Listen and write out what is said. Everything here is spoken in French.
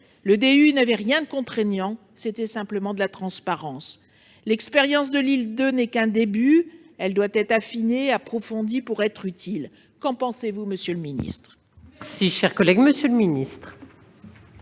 n'avait rien de contraignant : c'était simplement de la transparence. L'expérience de Lille 2 n'est qu'un début. Elle doit être affinée et approfondie pour être utile. Qu'en pensez-vous, monsieur le ministre ? La parole est à M. le ministre.